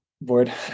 Board